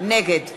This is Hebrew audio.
נגד